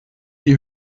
die